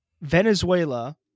Venezuela